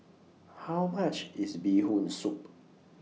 How much IS Bee Hoon Soup